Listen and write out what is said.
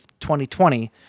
2020